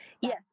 Yes